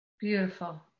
Beautiful